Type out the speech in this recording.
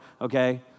okay